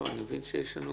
הבנתי.